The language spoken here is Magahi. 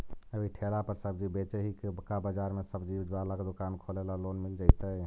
अभी ठेला पर सब्जी बेच ही का बाजार में ज्सबजी बाला दुकान खोले ल लोन मिल जईतै?